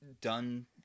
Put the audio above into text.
done